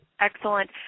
Excellent